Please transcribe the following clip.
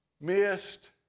missed